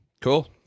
cool